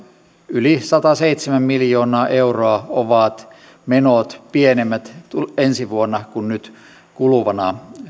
yli sataseitsemän miljoonaa euroa ovat menot pienemmät ensi vuonna kuin nyt kuluvana